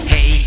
Hey